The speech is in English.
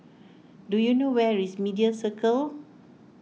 do you know where is Media Circle